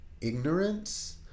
ignorance